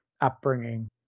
upbringing